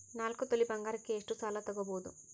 ನಾಲ್ಕು ತೊಲಿ ಬಂಗಾರಕ್ಕೆ ಎಷ್ಟು ಸಾಲ ತಗಬೋದು?